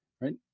right